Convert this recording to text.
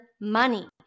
money